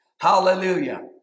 Hallelujah